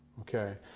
Okay